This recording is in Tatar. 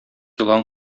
елан